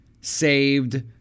saved